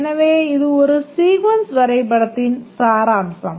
எனவே இது ஒரு சீக்வன்ஸ் வரைபடத்தின் சாராம்சம்